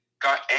got